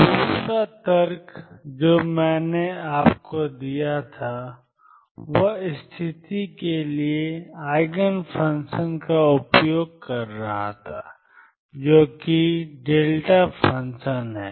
विद्युत दूसरा तर्क जो मैंने आपको दिया था वह स्थिति के लिए Eigen फ़ंक्शन का उपयोग कर रहा था जो कि δ फ़ंक्शन है